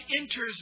enters